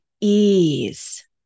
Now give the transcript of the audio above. ease